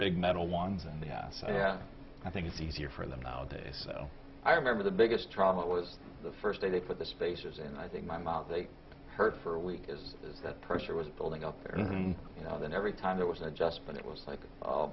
big metal ones and i think it's easier for them now days so i remember the biggest trauma it was the first day they put the spaces in i think my mouth they hurt for a week is that pressure was building up and you know then every time there was i just but it was like oh